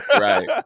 Right